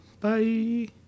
Bye